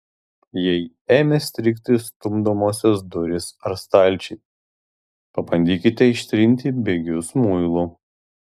jei ėmė strigti stumdomosios durys ar stalčiai pabandykite ištrinti bėgius muilu